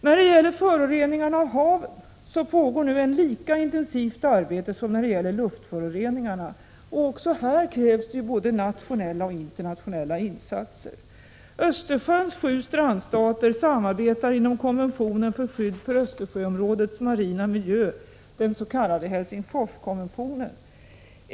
När det gäller föroreningarna av haven pågår nu ett lika intensivt arbete som i fråga om luftföroreningarna. Också här krävs både nationella och internationella insatser. Östersjöns sju strandstater samarbetar inom konventionen för skydd för Östersjöområdets marina miljö, den s.k. Helsingforskonventionen.